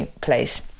place